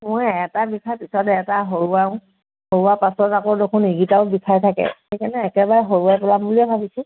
মোৰ এটা বিষৰ পিছত এটা সৰোৱাওঁ সৰোৱাৰ পাছত আকৌ দেখোন ইকিটাও বিষাই থাকে সেইকাৰণে একেবাৰে সৰোৱাই পেলাম বুলিয়ে ভাবিছোঁ